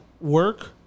work